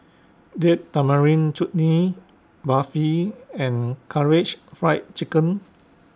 Date Tamarind Chutney Barfi and Karaage Fried Chicken